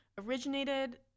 originated